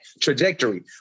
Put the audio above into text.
trajectory